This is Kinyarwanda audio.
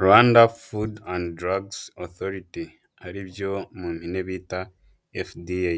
Rwanda Food anand Drug Authority, ari byo mu mpine bita FDA